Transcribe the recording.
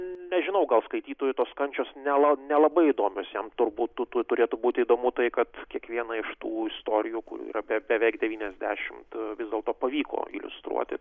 nežinau gal skaitytojui tos kančios nela nelabai įdomios jam turbūt tu turėtų būti įdomu tai kad kiekviena iš tų istorijų kurių yra be beveik devyniasdešimt vis dėlto pavyko iliustruoti